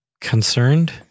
concerned